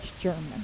German